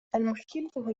المشكلة